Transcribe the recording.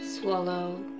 Swallow